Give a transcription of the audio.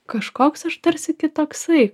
kažkoks aš tarsi kitoksai